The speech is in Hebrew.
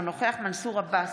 אינו נוכח מנסור עבאס,